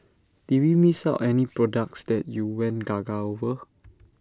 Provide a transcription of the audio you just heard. did we miss out any products that you went gaga over